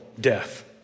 death